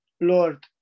Lord